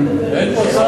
אין פה שר.